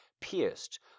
pierced